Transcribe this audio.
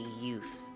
youth